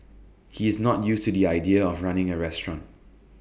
he's not used to the idea of running A restaurant